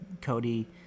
Cody